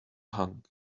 hung